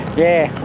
yeah.